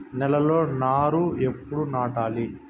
నేలలో నారు ఎప్పుడు నాటాలి?